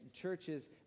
churches